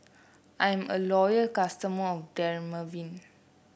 I'm a loyal customer of Dermaveen